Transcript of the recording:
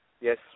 Yes